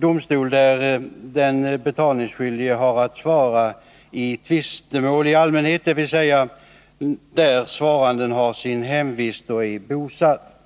domstol där den betalningsskyldige har att svara i tvistemål i allmänhet, dvs. där svaranden har sin hemvist och är bosatt.